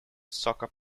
soccer